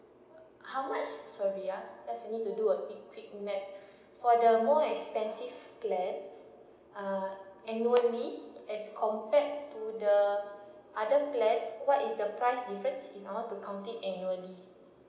how much sorry ya because I need to do a quick quick nett for the more expensive plan uh annually as compare to the other plan what is the price difference if I want to count it annually